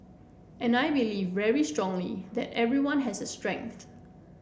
and I believe very strongly that everyone has a strength